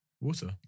Water